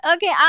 Okay